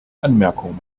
anmerkung